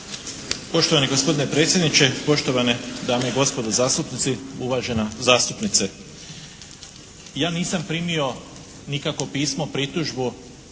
Poštovani gospodine predsjedniče, poštovane dame i gospodo zastupnici, uvažena zastupnice. Ja nisam primio nikakvo pismo, pritužbu